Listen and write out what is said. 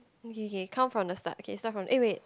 okay okay count from the start okay start from eh wait